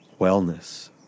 wellness